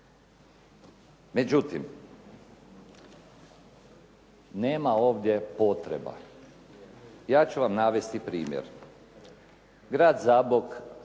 Međutim, nema ovdje potreba, ja ću vam navesti primjer. Grad Zabok